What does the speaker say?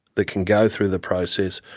they can go through the process,